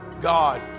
God